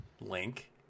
link